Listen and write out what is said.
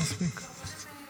תדע לך,